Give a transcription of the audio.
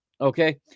okay